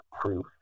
proof